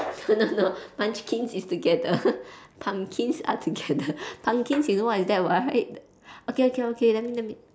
no no no munchkins is together pumpkins are together pumpkins you know what is that right okay okay okay let me let me